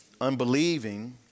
unbelieving